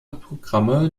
programme